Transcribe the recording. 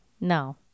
No